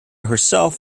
herself